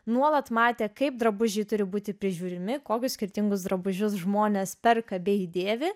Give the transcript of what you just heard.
nuolat matė kaip drabužiai turi būti prižiūrimi kokius skirtingus drabužius žmonės perka bei dėvi